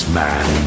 man